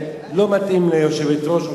שלא מתאימים ליושבת-ראש האופוזיציה.